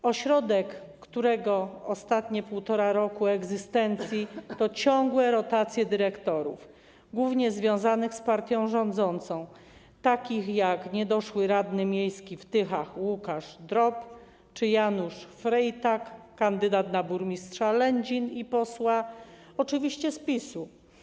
To ośrodek, którego ostatnie 1,5 roku egzystencji to ciągłe rotacje dyrektorów, głównie związanych z partią rządzącą, takich jak niedoszły radny miejski w Tychach Łukasz Drob czy Janusz Freitag, kandydat na burmistrza Lędzin i posła, oczywiście z PiS-u.